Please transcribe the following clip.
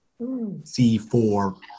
C4